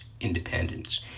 independence